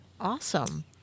Awesome